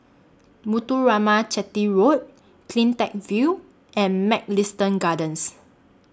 Muthuraman Chetty Road CleanTech View and Mugliston Gardens